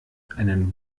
einen